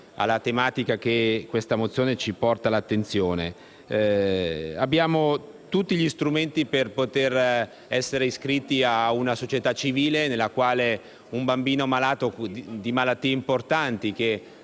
alla tematica che tale mozione porta alla nostra attenzione. Abbiamo tutti gli strumenti per poter essere iscritti a una società civile nella quale un bambino malato di malattie importanti, che